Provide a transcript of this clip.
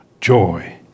joy